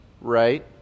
right